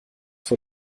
vor